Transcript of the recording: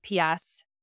PS